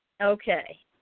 Okay